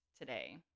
today